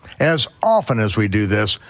as often as we do this,